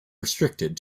restricted